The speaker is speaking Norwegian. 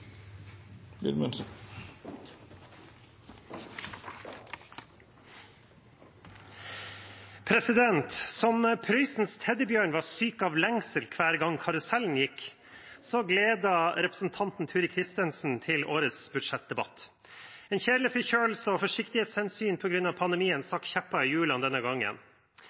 som Prøysens teddybjørn var syk av lengsel hver gang karusellen gikk, så gledet representanten Turid Kristensen seg til årets budsjettdebatt. En kjedelig forkjølelse og forsiktighetshensyn på grunn av pandemien stakk kjepper i hjulene denne gangen.